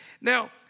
Now